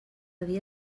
dia